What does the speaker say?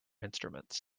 instruments